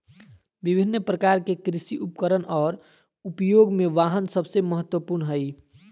विभिन्न प्रकार के कृषि उपकरण और उपयोग में वाहन सबसे महत्वपूर्ण हइ